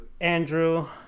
Andrew